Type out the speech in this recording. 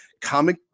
comic